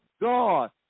God